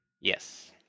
Yes